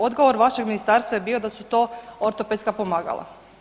Odgovor vašeg ministarstva je bio da su to ortopedska pomagala.